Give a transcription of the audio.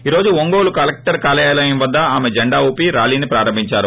ఈ రోజు ఒంగోలు కలెక్షర్ కార్యాలయం వద్గ ఆమె జెండా ఊపి ర్వాలీని ప్రారంభించారు